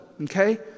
okay